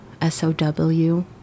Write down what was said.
s-o-w